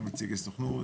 גם נציגי סוכנות,